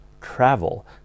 travel